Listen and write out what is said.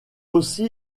aussi